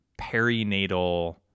perinatal